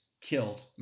killed